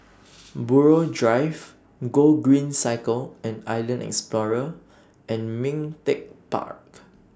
Buroh Drive Gogreen Cycle and Island Explorer and Ming Teck Park